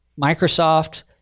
Microsoft